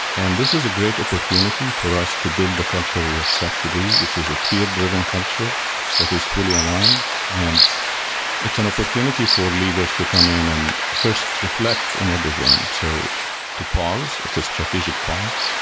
and this is a great opportunity for us to build the culture we're set to do, which is a peer-driven culture that is fully aligned. and it's an opportunity for leaders to come in and first reflect on what they've learned. so to pause, it's a strategic pause.